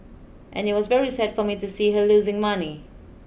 and it was very sad for me to see her losing money